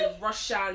Russian